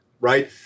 Right